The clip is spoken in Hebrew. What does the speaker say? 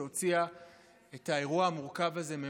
שהוציאה את האירוע המאוד-מורכב הזה,